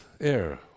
air